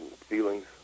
feelings